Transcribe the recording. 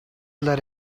let